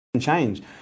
change